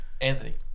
Anthony